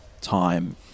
time